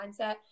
mindset